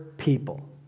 people